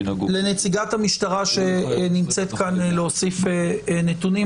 לנציגת המשטרה שנמצאת כאן להוסיף נתונים,